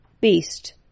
Beast